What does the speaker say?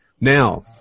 Now